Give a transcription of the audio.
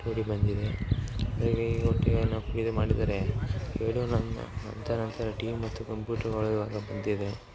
to D ಬಂದಿದೆ ಹೀಗಾಗಿ ಇದರೊಟ್ಟಿಗೆ ನಮ್ಗೆ ಇದು ಮಾಡಿದರೆ ವಿಡಿಯೋ ನಂದ ನಂತರ ನಂತರ ಟಿವಿ ಮತ್ತು ಕಂಪ್ಯೂಟರ್ಗಳು ಇವಾಗ ಬಂದಿದೆ